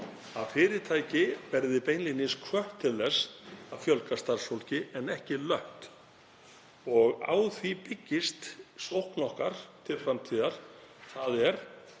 að fyrirtæki verði beinlínis hvött til þess að fjölga starfsfólki en ekki lött. Á því byggist sókn okkar til framtíðar, þ.e.